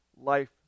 life